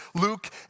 Luke